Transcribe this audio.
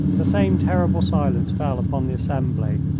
the same terrible silence fell upon the assembly,